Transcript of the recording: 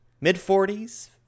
Mid-40s